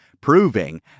proving